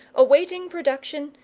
awaiting production,